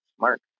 Mark